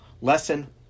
Lesson